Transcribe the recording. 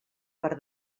per